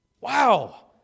Wow